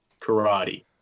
Karate